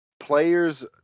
Players